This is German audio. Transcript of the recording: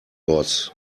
boss